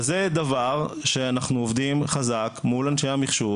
אז זה דבר שאנחנו עובדים חזק מול אנשי המחשוב